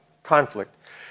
conflict